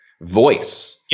voice